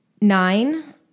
Nine